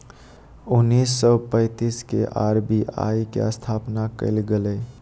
उन्नीस सौ पैंतीस के आर.बी.आई के स्थापना कइल गेलय